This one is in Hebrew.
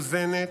מאוזנת,